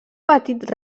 petit